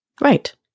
Right